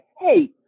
Hey